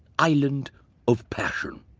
island of passion,